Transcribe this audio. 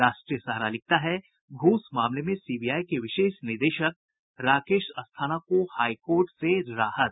राष्ट्रीय सहारा लिखता है घूस मामले में सीबीआई के विशेष निदेशक राकेश अस्थाना को हाई कोर्ट से राहत